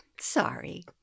sorry